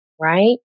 right